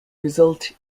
result